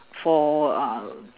for um